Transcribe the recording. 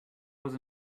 was